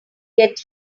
get